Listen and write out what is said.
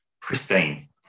pristine